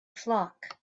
flock